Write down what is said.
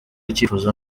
icyifuzo